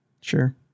Sure